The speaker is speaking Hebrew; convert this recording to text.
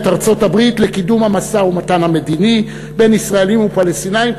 ארצות-הברית לקידום המשא-ומתן המדיני בין ישראל לבין הפלסטינים,